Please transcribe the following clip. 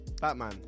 Batman